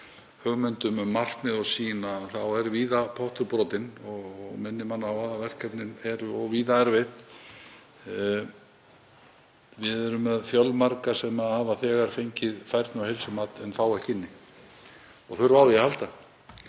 hugmyndum um markmið og sýn er víða pottur brotinn og minnir mann á það að verkefnin eru víða erfið. Við erum með fjölmarga sem hafa þegar fengið færni- og heilsumat en fá ekki inni og þurfa á því að halda.